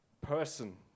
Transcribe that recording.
person